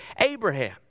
Abraham